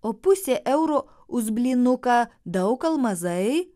o pusė euro už blynuką daug al mazai